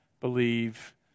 believe